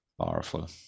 powerful